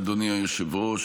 אדוני היושב-ראש,